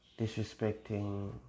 disrespecting